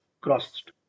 crossed